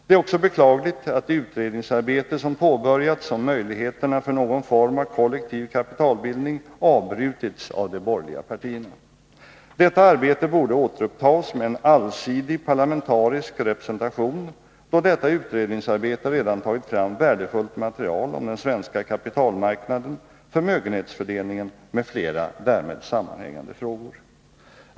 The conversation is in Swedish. Det är också beklagligt att det utredningsarbete som påbörjats om möjligheterna för någon form av kollektiv kapitalbildning avbrutits av de borgerliga partierna. Detta arbete borde återupptas med en allsidig parlamentarisk representation, då detta utredningsarbete redan tagit fram värdefullt material om den svenska kapitalmarknaden, förmögenhetsfördelningen m.fl. därmed sammanhängande frågor.